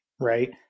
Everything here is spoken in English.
right